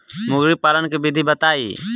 मुर्गी पालन के विधि बताई?